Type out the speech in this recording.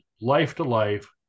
life-to-life